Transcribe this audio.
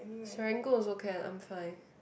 Serangoon also can I'm fine